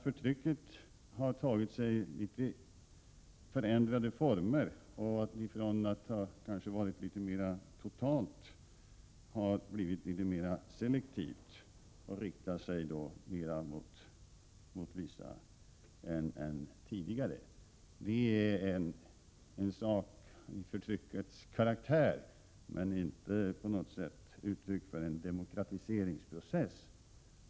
Förtrycket har tagit sig andra former, från att kanske ha varit mera totalt har det blivit litet mera selektivt än tidigare, men detta vittnar inte på något sätt om att det pågår en demokratiseringsprocess.